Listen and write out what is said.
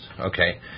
okay